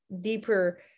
deeper